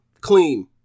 clean